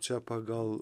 čia pagal